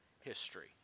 history